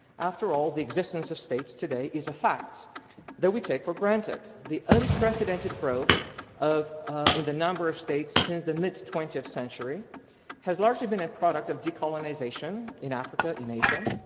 after all, the existence of states today is a fact that we take for granted. the unprecedented growth of in the umber of states since the mid twentieth century has largely been a product of decolonization in africa, in asia,